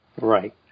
Right